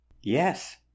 Yes